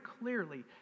clearly